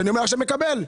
שמקבל.